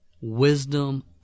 wisdom